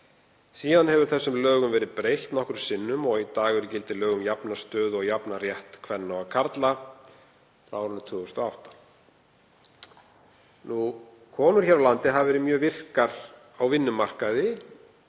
Síðan hefur þessum lögum verið breytt nokkrum sinnum og í dag eru í gildi lög um jafna stöðu og jafnan rétt kvenna og karla frá árinu 2008. Konur hér á landi hafa verið mjög virkar á vinnumarkaði